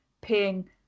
paying